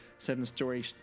Seven-story